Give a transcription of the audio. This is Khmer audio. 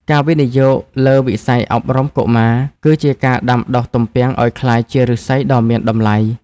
ការវិនិយោគលើវិស័យអប់រំកុមារ គឺជាការដាំដុះទំពាំងឱ្យក្លាយជាឫស្សីដ៏មានតម្លៃ។